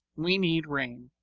we need rain.